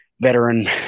veteran